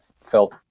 felt